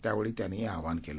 त्यावेळी त्यांनी हे आवाहन केलं